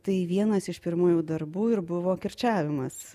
tai vienas iš pirmųjų darbų ir buvo kirčiavimas